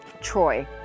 Troy